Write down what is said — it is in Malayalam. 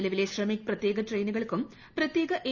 നിലവിലെ ശ്രമിക് പ്രത്യേക ട്രെയിനുകൾക്കും ്രപത്യേക എ